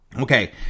okay